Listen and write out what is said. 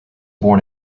born